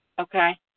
Okay